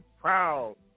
proud